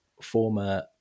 former